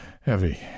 heavy